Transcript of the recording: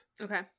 Okay